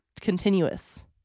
continuous